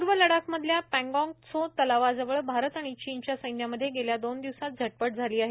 पूर्व लडाख मधल्या पँगोग त्सो तलावाजवळ भारत आणि चीनच्या सैन्यामध्ये गेल्या दोन दिवसांत झटापट झाली आहे